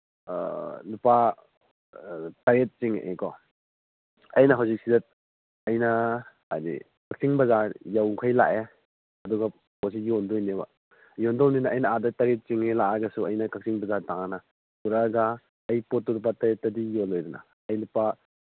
ꯂꯨꯄꯥ ꯇꯔꯦꯠ ꯆꯤꯡꯉꯛꯏꯀꯣ ꯑꯩꯅ ꯍꯧꯖꯤꯛ ꯁꯤꯗ ꯑꯩꯅ ꯍꯥꯏꯗꯤ ꯀꯛꯆꯤꯡ ꯕꯖꯥꯔ ꯌꯧꯈꯩ ꯂꯥꯛꯑꯦ ꯑꯗꯨꯒ ꯄꯣꯠꯁꯤ ꯌꯣꯟꯗꯣꯏꯅꯦꯕ ꯌꯣꯟꯗꯧꯅꯤꯅ ꯑꯩꯅ ꯑꯥꯗ ꯇꯔꯦꯠ ꯆꯤꯡꯉꯦ ꯂꯥꯛꯑꯒꯁꯨ ꯑꯩꯅ ꯀꯛꯆꯤꯡ ꯕꯖꯥꯔ ꯇꯥꯟꯅ ꯄꯨꯔꯛꯑꯒ ꯑꯩ ꯄꯣꯠꯇꯨ ꯂꯨꯄꯥ ꯇꯔꯦꯠꯇꯗꯤ ꯌꯣꯜꯂꯣꯏꯗꯅ ꯑꯩ ꯂꯨꯄꯥ